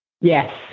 Yes